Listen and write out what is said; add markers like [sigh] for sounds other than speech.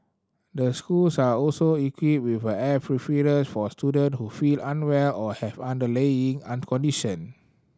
the schools are also equipped with air [unintelligible] for student who feel unwell or have underlying [unintelligible] condition